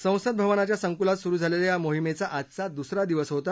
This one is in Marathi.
संसद भवनाच्या संकुलात सुरु झालेल्या या मोहिमेचा आजचा दुसरा दिवस आहे